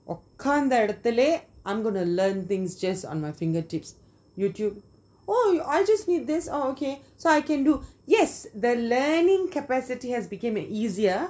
oh உகந்த எடத்துலயே:ukantha eadathulaye I'm going to learn things just on my fingertips youtube oh I just need this oh ok so I can do yes the learning capacity has became easier